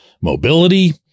Mobility